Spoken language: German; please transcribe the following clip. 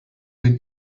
den